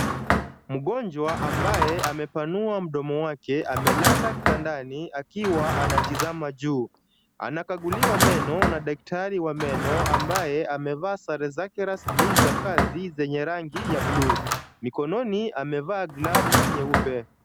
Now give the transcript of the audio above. Mgonjwa ambaye amepanua mdomo wake amelala kitandani akiwa anatazama juu. Anakaguliwa meno na daktari wa meno ambaye amevaa sare zake rasmi za kazi zenye rangi ya buluu. Mikononi amevaa glavu nyeupe.